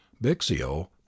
bixio